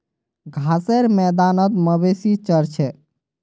घासेर मैदानत मवेशी चर छेक